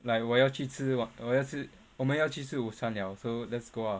like 我要去吃我要吃我们要去吃午餐 liao so let's go ah